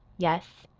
yes.